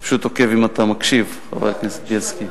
אני פשוט עוקב אם אתה מקשיב, חבר הכנסת בילסקי.